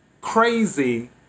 crazy